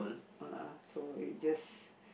uh uh so you just